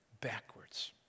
backwards